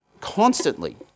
constantly